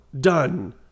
Done